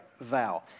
vow